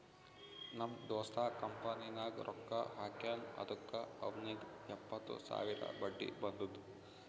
ನಮ್ ದೋಸ್ತ ಕಂಪನಿನಾಗ್ ರೊಕ್ಕಾ ಹಾಕ್ಯಾನ್ ಅದುಕ್ಕ ಅವ್ನಿಗ್ ಎಪ್ಪತ್ತು ಸಾವಿರ ಬಡ್ಡಿ ಬಂದುದ್